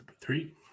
Three